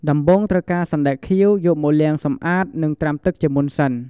ដំបូង ត្រូវការសណ្ដែកខៀវ យកមកលាងសម្អាត និងត្រាំទឹកជាមុនសិន។